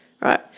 right